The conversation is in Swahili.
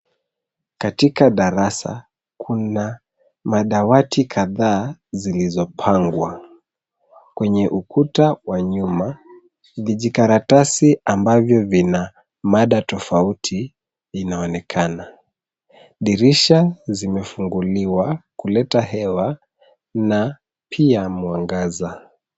Katika darasa, kuna madawati kadhaa zilizopangwa. Kwenye ukuta wa nyuma, vijikaratasi ambavyo vina mada tofauti inaonekana. Dirisha zimefunguliwa kuleta hewa na pia mwangaza.